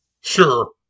Sure